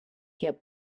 get